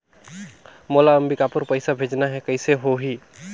मोला अम्बिकापुर पइसा भेजना है, कइसे होही?